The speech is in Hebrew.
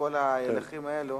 מכירים את כל ההליכים האלה,